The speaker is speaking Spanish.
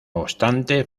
obstante